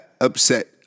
upset